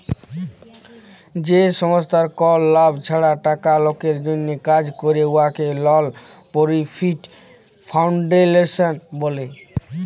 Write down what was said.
যে সংস্থার কল লাভ ছাড়া টাকা লকের জ্যনহে কাজ ক্যরে উয়াকে লল পরফিট ফাউল্ডেশল ব্যলে